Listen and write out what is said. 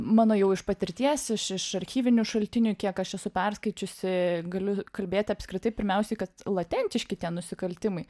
mano jau iš patirties iš iš archyvinių šaltinių kiek aš esu perskaičiusi galiu kalbėt apskritai pirmiausiai kad latentiški tie nusikaltimai